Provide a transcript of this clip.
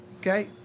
Okay